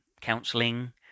counselling